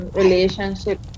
relationship